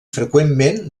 freqüentment